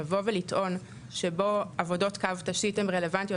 לבוא ולטעון שבו עבודות קו תשתית הן רלוונטיות